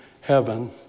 heaven